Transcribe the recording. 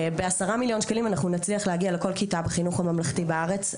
בעשרה מיליון ₪ אנחנו נצליח להגיע לכל כיתה בחינוך הממלכתי בארץ,